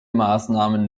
maßnahmen